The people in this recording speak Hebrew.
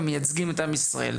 מייצגים את עם ישראל,